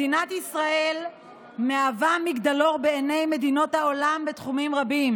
מדינת ישראל מהווה מגדלור בעיני מדינות העולם בתחומים רבים: